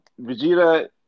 Vegeta